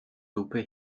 lupe